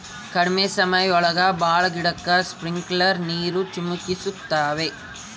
ಕಡ್ಮೆ ಸಮಯ ಒಳಗ ಭಾಳ ಗಿಡಕ್ಕೆ ಸ್ಪ್ರಿಂಕ್ಲರ್ ನೀರ್ ಚಿಮುಕಿಸ್ತವೆ